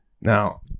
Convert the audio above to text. Now